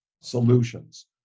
solutions